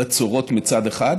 בצורות מצד אחד,